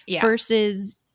versus